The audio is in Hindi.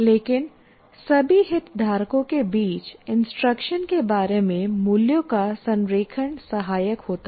लेकिन सभी हितधारकों के बीच इंस्ट्रक्शन के बारे में मूल्यों का संरेखण सहायक होता है